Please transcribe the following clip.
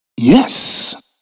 Yes